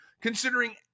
considering